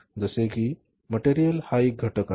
जसे कि मटेरियल हा एक घटक आहे